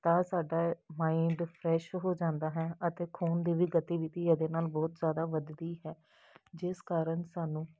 ਤਾਂ ਸਾਡਾ mind fresh ਹੋ ਜਾਂਦਾ ਹੈ ਅਤੇ ਖੂਨ ਦੀ ਵੀ ਗਤੀਵਿਧੀ ਇਹਦੇ ਨਾਲ ਬਹੁਤ ਜ਼ਿਆਦਾ ਵਧਦੀ ਹੈ ਜਿਸ ਕਾਰਨ ਸਾਨੂੰ